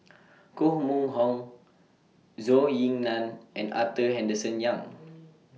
Koh Mun Hong Zhou Ying NAN and Arthur Henderson Young